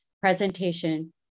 presentation